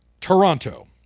Toronto